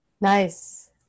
nice